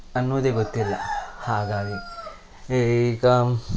ಅನ್ನೋದೆ ಗೊತ್ತಿಲ್ಲ ಹಾಗಾಗಿ ಈಗ